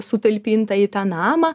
sutalpinta į tą namą